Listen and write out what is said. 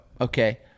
Okay